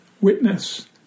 witness